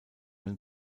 ein